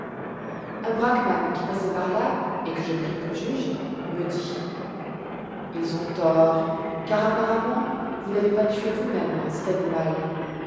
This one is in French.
un brachmane qui passoit par là et que je pris pour juge me dit ils ont tort car apparemment vous n'avez pas tué vous-même cet animal